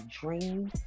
dream